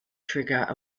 trigger